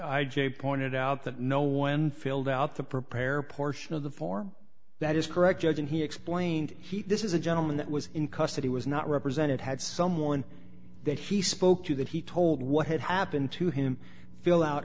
i j pointed out that no one filled out the prepare portion of the form that is correct judge and he explained he this is a gentleman that was in custody was not represented had someone that he spoke to that he told what had happened to him fill out